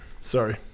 sorry